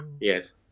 yes